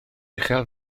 uchel